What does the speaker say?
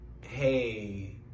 Hey